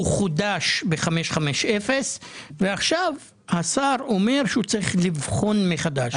הוא חודש ב-550 ועכשיו אומר שהוא צריך לבחון מחדש.